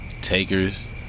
Takers